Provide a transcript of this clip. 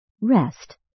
rest